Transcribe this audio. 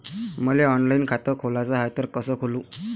मले ऑनलाईन खातं खोलाचं हाय तर कस खोलू?